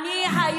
זה בושה.